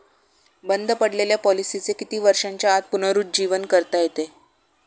बंद पडलेल्या पॉलिसीचे किती वर्षांच्या आत पुनरुज्जीवन करता येते?